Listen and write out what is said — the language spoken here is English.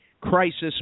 crisis